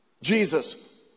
Jesus